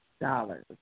dollars